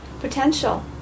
potential